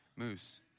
moose